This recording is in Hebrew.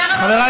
חברי